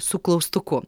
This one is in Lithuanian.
su klaustuku